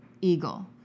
Eagle